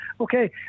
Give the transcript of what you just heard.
okay